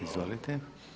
Izvolite.